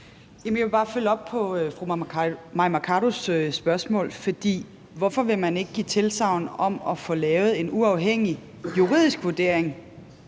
Jeg vil bare følge op på fru Mai Mercados spørgsmål. For hvorfor vil man ikke give tilsagn om at få lavet en uafhængig juridisk vurdering,